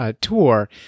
tour